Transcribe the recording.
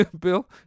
Bill